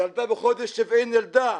ילדה בחודש שביעי נולדה.